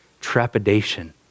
trepidation